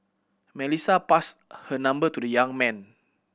Melissa passed her number to the young man